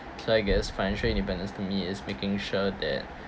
so I guess financial independence to me is making sure that